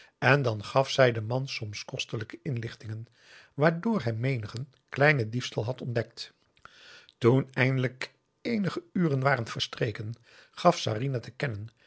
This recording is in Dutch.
en dan gaf zij den man soms kostelijke inlichtingen waardoor hij menigen kleinen diefstal had ontdekt toen eindelijk eenige uren waren verstreken gaf sarinah te kennen